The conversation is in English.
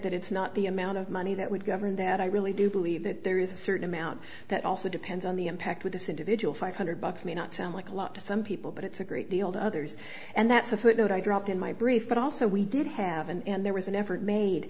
that it's not the amount of money that would govern that i really do believe that there is a certain amount that also depends on the impact with this individual five hundred bucks may not sound like a lot to some people but it's a great deal to others and that's a footnote i dropped in my brief but also we did have and there was an effort made